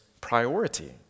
priority